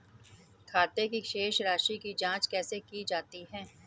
खाते की शेष राशी की जांच कैसे की जाती है?